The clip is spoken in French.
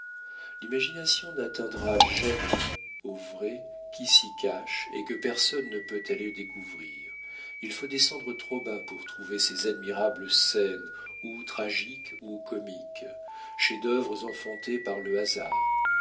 l'imagination n'atteindra jamais au vrai qui s'y cache et que personne ne peut aller découvrir il faut descendre trop bas pour trouver ces admirables scènes ou tragiques ou comiques chefs-d'œuvre enfantés par le hasard